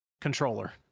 controller